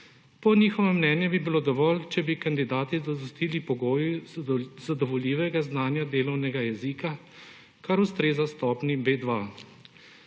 Po njihovem mnenju bi bilo dovolj, če bi kandidati zadostili pogoju zadovoljivega znanja delovnega jezika, kar ustreza stopnji B2.